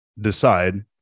decide